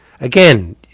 Again